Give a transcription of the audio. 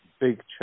big